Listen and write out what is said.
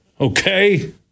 okay